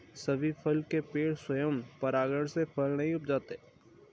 सभी फल के पेड़ स्वयं परागण से फल नहीं उपजाते